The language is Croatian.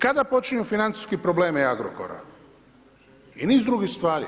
Kada počinju financijski problemi Agrokora i niz drugih stvari?